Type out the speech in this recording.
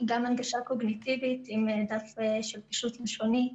הנגשה קוגניטיבית עם דף של פישוט ראשוני.